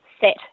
set